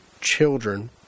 children